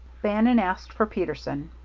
bannon asked for peterson.